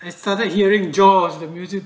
I started hearing jaws the music